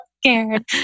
scared